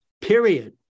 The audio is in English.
period